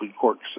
corks